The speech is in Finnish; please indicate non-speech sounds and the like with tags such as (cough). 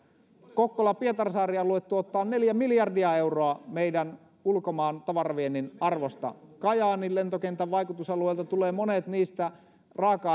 kokkola pietarsaari alue tuottaa neljä miljardia euroa meidän ulkomaan tavaraviennin arvosta kajaanin lentokentän vaikutusalueelta tulevat monet niistä raaka (unintelligible)